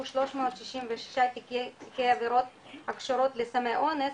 366 תיקי עבירות הקשורות לסמי אונס,